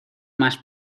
más